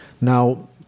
Now